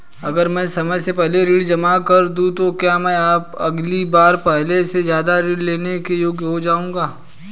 अगर मैं समय से पहले ऋण जमा कर दूं तो क्या मैं अगली बार पहले से ज़्यादा ऋण लेने के योग्य हो जाऊँगा?